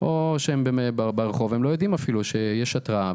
או ברחוב, והם לא יודעים שיש התרעה.